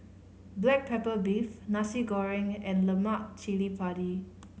black pepper beef Nasi Goreng and lemak cili padi